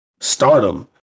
stardom